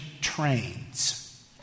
trains